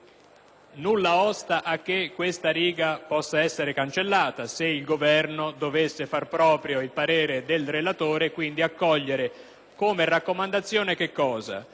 Nulla osta a che questa riga possa essere soppressa se il Governo dovesse far proprio il parere del relatore e, quindi, accogliere come raccomandazione la